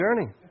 journey